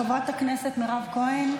חברת הכנסת מירב כהן,